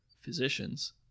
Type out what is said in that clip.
physicians